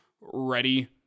ready